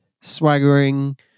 swaggering